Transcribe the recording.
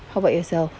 how about yourself